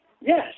yes